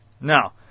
Now